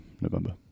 November